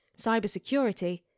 cybersecurity